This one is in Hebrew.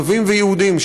ערבים ויהודים,